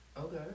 Okay